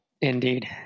Indeed